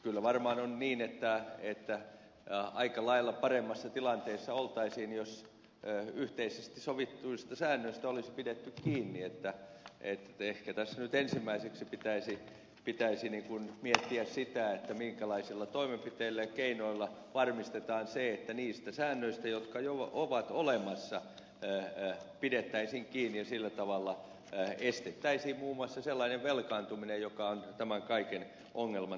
kyllä varmaan on niin että aika lailla paremmassa tilanteessa oltaisiin jos yhteisesti sovituista säännöistä olisi pidetty kiinni että ehkä tässä nyt ensimmäiseksi pitäisi miettiä sitä minkälaisilla toimenpiteillä ja keinoilla varmistetaan se että niistä säännöistä jotka jo ovat olemassa pidettäisiin kiinni ja sillä tavalla estettäisiin muun muassa sellainen velkaantuminen joka on tämän kaiken ongelman takana